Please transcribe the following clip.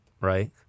right